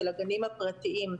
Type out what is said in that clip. של הגנים הפרטיים.